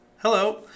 Hello